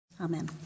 amen